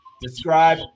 Describe